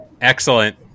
Excellent